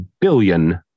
billion